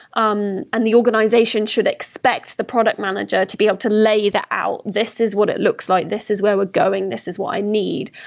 um and the organization should expect the product manager to be able to lay that out, this is what it looks like. this is where we're going. this is what i need,